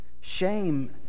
shame